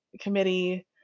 committee